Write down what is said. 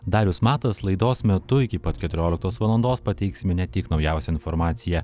darius matas laidos metu iki pat keturioliktos valandos pateiksime ne tik naujausią informaciją